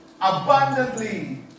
abundantly